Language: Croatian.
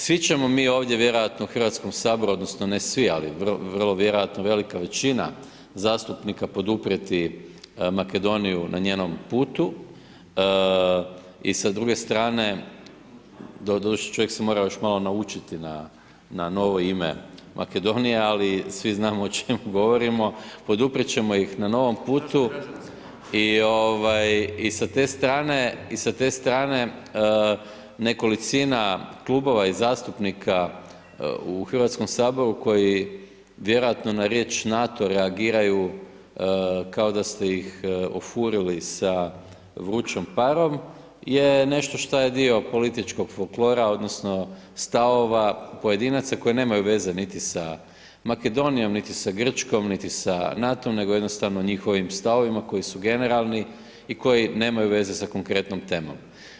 Svi ćemo mi ovdje vjerojatno u Hrvatskom saboru, odnosno, ne svi, vrlo vjerojatno velika većina zastupnika poduprijeti Makedoniju na njenom putu i sa druge strane, doduše čovjek se mora još malo naučiti novo ime Makedonije ali svi znamo o čemu govorimo, poduprijet ćemo ih na novom putu i sa strane nekolicina kluba i zastupnika u Hrvatskom saboru koji vjerojatno na riječ NATO reagiraju kao da ste ih ofurili sa vrućom parom je nešto šta je dio političkog folklora odnosno stavova pojedinaca koje nemaju veze niti sa Makedonijom niti sa Grčkom niti sa NATO-om nego jednostavno njihovim stavovima koji su generalni i koji nemaju veze sa konkretnom temom.